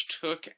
took